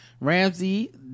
ramsey